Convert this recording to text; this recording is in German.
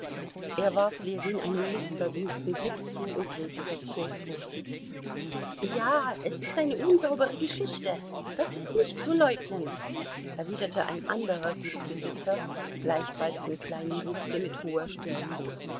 er warf ljewin einen mißvergnügten blick zu und drehte sich kurz um ja es ist eine unsaubere geschichte das ist nicht zu leugnen erwiderte ein anderer gutsbesitzer gleichfalls von kleinem wuchse mit hoher stimme